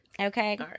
Okay